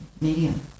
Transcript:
medium